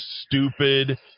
stupid